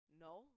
No